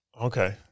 Okay